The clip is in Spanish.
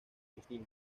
instinto